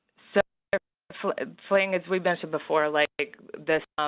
so so fleeing, as we mentioned before, like there's